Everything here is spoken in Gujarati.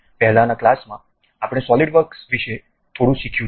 પહેલાનાં ક્લાસમાં આપણે સોલિડવર્ક વિશે થોડું શીખ્યું છે